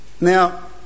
Now